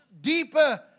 deeper